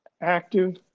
active